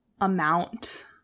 amount